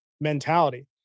mentality